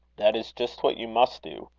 that is just what you must do.